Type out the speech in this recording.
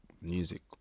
Music